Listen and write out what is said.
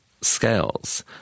scales